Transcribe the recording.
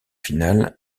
finale